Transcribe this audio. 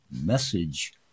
message